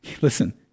Listen